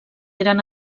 eren